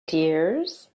dears